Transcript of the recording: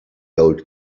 old